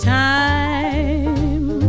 time